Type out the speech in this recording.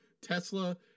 Tesla